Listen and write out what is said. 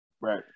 Right